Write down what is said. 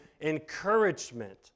encouragement